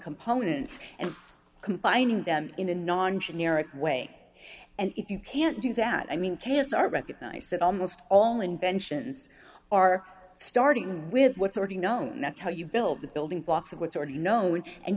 components and combining them in a non generic way and if you can't do that i mean can start recognize that almost all inventions are starting with what's already known that's how you build the building blocks of what's already known and